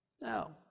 No